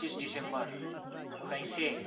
पच्चिस दिसम्बर उन्नाइस सय